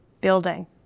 building